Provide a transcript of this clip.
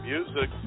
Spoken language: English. Music